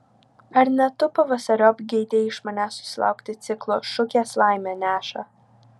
ar ne tu pavasariop geidei iš manęs susilaukti ciklo šukės laimę neša